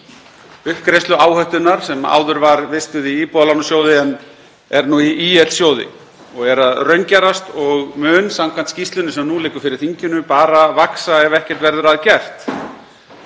vegna uppgreiðsluáhættunnar sem áður var vistuð í Íbúðalánasjóði en er nú í ÍL-sjóði og er að raungerast og mun samkvæmt skýrslunni sem nú liggur fyrir þinginu bara vaxa ef ekkert verður að gert.